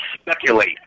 speculate